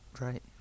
Right